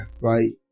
right